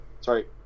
sorry